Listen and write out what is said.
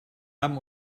haben